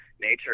nature